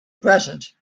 present